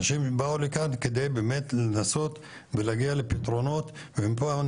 אנשים באו לכאן כדי באמת לנסות ולהגיע לפתרונות והם פה.